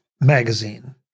magazine